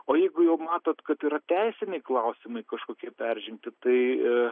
o jeigu jau matot kad yra teisiniai klausimai kažkokie peržengti tai